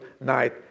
night